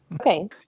Okay